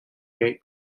gate